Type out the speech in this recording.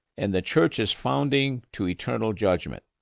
and the church's founding to eternal judgement.